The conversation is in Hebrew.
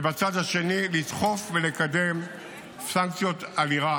ומהצד השני, לדחוף ולקדם סנקציות על איראן.